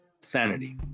Sanity